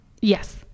Yes